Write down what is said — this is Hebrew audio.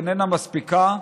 אינה מספיקה,